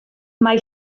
mae